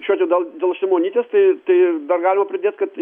šio dėl dėl šimonytės tai tai dar galima pridėt kad